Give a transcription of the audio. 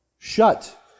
Shut